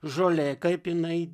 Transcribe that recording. žolė kaip jinai